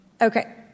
Okay